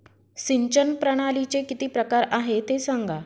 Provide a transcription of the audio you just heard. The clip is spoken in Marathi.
सिंचन प्रणालीचे किती प्रकार आहे ते सांगा